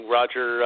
Roger